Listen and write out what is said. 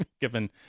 given